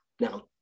Now